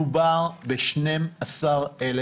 מדובר ב-12,000